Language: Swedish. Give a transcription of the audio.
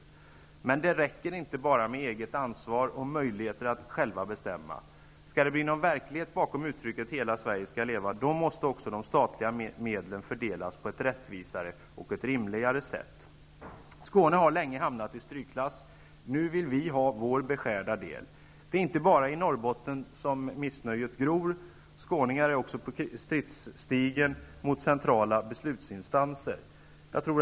Men det räcker inte bara med eget ansvar och möjlighet att bestämma själv. Skall det bli någon verklighet av uttrycket Hela Sverige skall leva, måste också de statliga medlen fördelas på ett rättvisare och rimligare sätt. Skåne har länge hamnat i strykklass. Nu vill vi ha vår beskärda del. Det är inte bara i Norrbotten som missnöjet gror. Också skåningar är på krigsstigen mot centrala beslutsinstanser. Herr talman!